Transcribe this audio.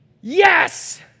yes